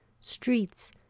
streets